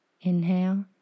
Inhale